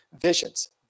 visions